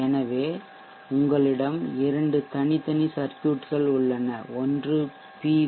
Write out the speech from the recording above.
எனவே உங்களிடம் இரண்டு தனித்தனி சர்க்யூட் கள் உள்ளன ஒன்று பி